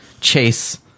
chase